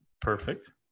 Perfect